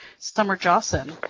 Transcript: summer jawson.